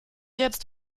jetzt